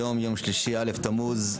היום יום שלישי א' בתמוז,